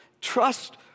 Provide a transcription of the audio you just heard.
Trust